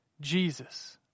Jesus